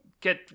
get